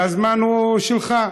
והזמן הוא שלך.